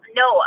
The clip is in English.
no